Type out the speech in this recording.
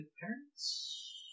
parents